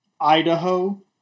Idaho